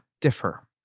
differ